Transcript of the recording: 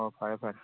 ꯑꯣ ꯐꯔꯦ ꯐꯔꯦ